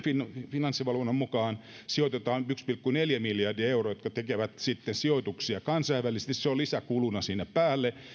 finanssivalvonnan mukaan sijoitetaan yksi pilkku neljä miljardia euroa jotka tekevät sitten sijoituksia kansainvälisesti niin se on lisäkuluna siihen päälle